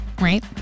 Right